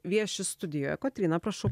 vieši studijoje kotryna prašau